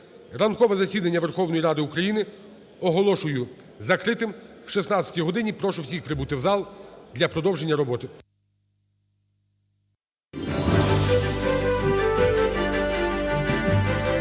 Ранкове засідання Верховної Ради України оголошую закритим. О 16 годині прошу всіх прибути в зал для продовження роботи.